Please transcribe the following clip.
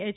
H